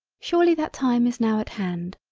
surely that time is now at hand.